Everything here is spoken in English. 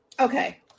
Okay